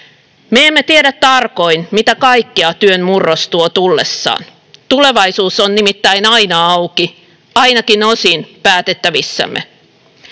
Me emme tiedä tarkoin, mitä kaikkea työn murros tuo tullessaan. Tulevaisuus on nimittäin aina auki, ainakin osin päätettävissämme.